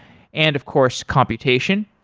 and of course, computation.